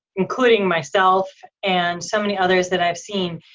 including myself and so many others that i've seen.